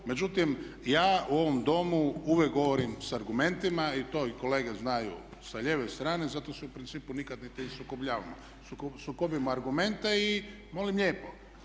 Međutim, ja u ovom domu uvijek govorim sa argumentima i to i kolege znaju sa lijeve strane, zato se u principu nikad niti ne sukobljavamo, sukobim argumente i molim lijepo.